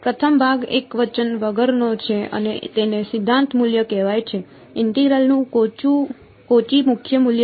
પ્રથમ ભાગ એકવચન વગરનો છે અને તેને સિદ્ધાંત મૂલ્ય કહેવાય છે ઇન્ટેગ્રલ નું કોચી મુખ્ય મૂલ્ય